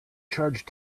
charge